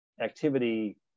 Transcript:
Activity